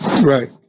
Right